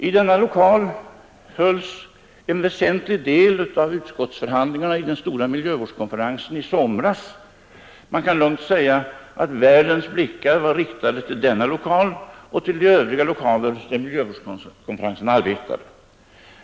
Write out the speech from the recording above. I denna lokal hölls en väsentlig del av utskottsförhandlingarna i den stora miljövårdskonferensen i somras. Man kan lugnt säga att världens blickar var riktade mot denna lokal och de övriga lokaler där miljövårdskonferensen arbetade.